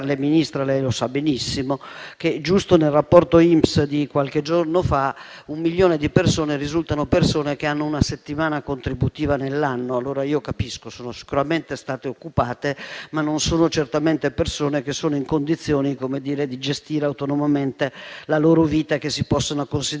Ministro - lei lo sa benissimo - che giusto nel rapporto INPS di qualche giorno fa un milione di persone risulta avere una settimana contributiva nell'anno. Allora, capisco che sono sicuramente state occupate, ma non sono certamente persone in condizioni di gestire autonomamente la loro vita e che si possono considerare